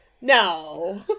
No